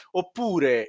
oppure